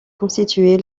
constituée